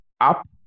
up